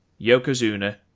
Yokozuna